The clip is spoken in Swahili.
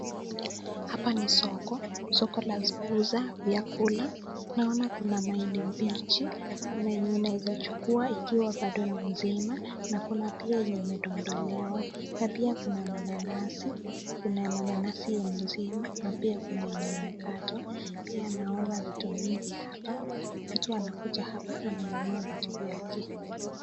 Hapa ni soko soko la kuuza vyakula naona Kuna mahindi mpiji Kuna yenye unaeza chukua ikiwa msima na Kuna pia yenye imedindolewa na pia Kuna mananasi ya msima na yenye imekatwa pia naona vuti mingi hapa mtu anakuja hapa kununua vitu yake.